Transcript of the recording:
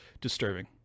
disturbing